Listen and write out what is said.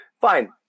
Fine